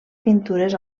pintures